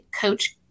coach